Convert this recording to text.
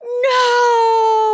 No